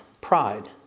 pride